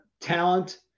talent